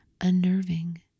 unnerving